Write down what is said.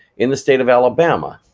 in the state of alabama,